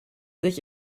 sich